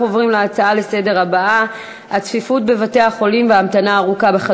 אנחנו עוברים להצעות לסדר-היום הבאות: הצפיפות